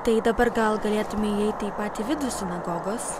tai dabar gal galėtume įeiti į patį vidų sinagogos